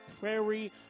prairie